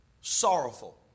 sorrowful